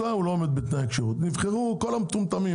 נבחרו כל המטומטמים